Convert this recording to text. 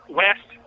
west